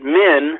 men